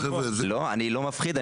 אני לא מפחיד,